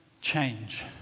change